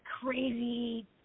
crazy